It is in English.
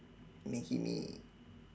maggi mee